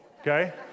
okay